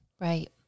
right